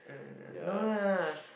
uh the no lah